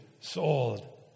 sold